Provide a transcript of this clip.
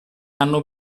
hanno